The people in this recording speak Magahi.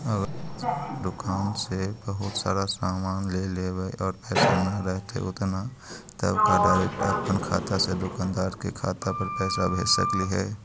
अगर दुकान से बहुत सारा सामान ले लेबै और पैसा न रहतै उतना तब का डैरेकट अपन खाता से दुकानदार के खाता पर पैसा भेज सकली हे?